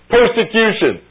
Persecution